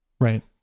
Right